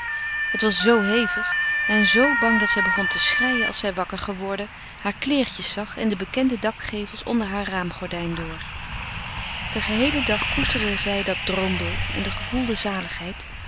het was zoo hevig en zoo bang dat zij begon te schreien als zij wakker geworden haar kleertjes zag en de bekende dakgevels onder haar raamgordijn door den geheelen dag koesterde frederik van eeden van de koele meren des doods zij dat droombeeld en de gevoelde zaligheid